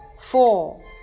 four